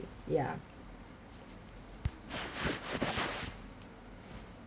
ya